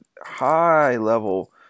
high-level